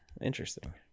Interesting